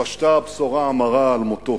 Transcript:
פשטה הבשורה המרה על מותו.